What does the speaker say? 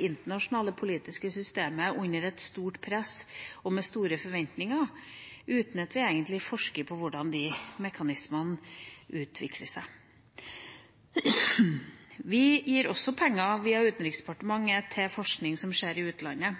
internasjonale politiske systemet under et stort press, med store forventninger, uten at vi egentlig forsker på hvordan mekanismene utvikler seg. Vi gir også penger via Utenriksdepartementet til forskning som skjer i utlandet.